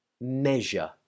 measure